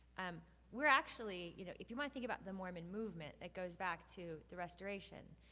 um we're actually, you know if you want to think about the mormon movement that goes back to the restoration,